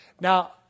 Now